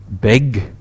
big